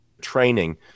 training